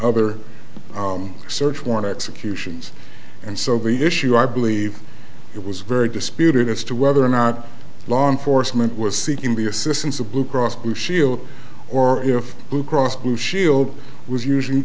other search warrant executions and so be issue i believe it was very disputed as to whether or not law enforcement was seeking the assistance of blue cross blue shield or if blue cross blue shield was usually